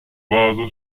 base